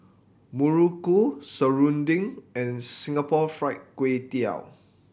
muruku serunding and Singapore Fried Kway Tiao